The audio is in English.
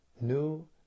new